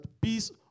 peace